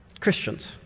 Christians